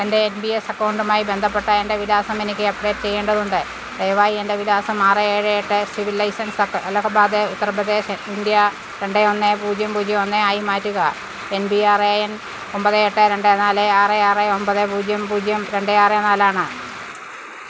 എൻ്റെ N P S അക്കൗണ്ടുമായി ബന്ധപ്പെട്ട എൻ്റെ വിലാസം എനിക്ക് അപ്ഡേറ്റ് ചെയ്യേണ്ടതുണ്ട് ദയവായി എൻ്റെ വിലാസം ആറ് ഏഴ് എട്ട് സിവിൽ ലൈസൻസ് പത്ത് അലഹബാദ് ഉത്തർപ്രദേശ് ഇൻഡ്യ രണ്ട് ഒന്ന് പൂജ്യം പൂജ്യം ഒന്ന് ആയി മാറ്റുക M P R A N ഒമ്പത് എട്ട് രണ്ട് നാല് ആറ് ആറ് ഒമ്പത് പൂജ്യം പൂജ്യം രണ്ട് ആറ് നാലാണ്